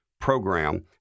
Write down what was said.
Program